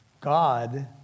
God